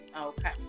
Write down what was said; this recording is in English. Okay